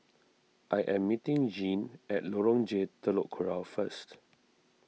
I am meeting Jeanne at Lorong J Telok Kurau first